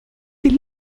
des